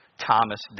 Thomas